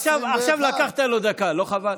עכשיו לקחת לו דקה, לא חבל?